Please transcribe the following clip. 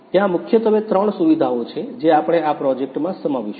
ત્યાં મુખ્યત્વે ત્રણ સુવિધાઓ છે જે આપણે આ પ્રોજેક્ટમાં સમાવીશું